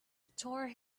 tore